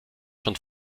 schon